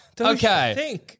Okay